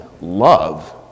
love